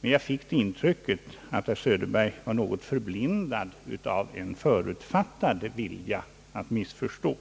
men nu fick jag intrycket att herr Söderberg i någon mån var förblindad av en förutfattad vilja att missförstå.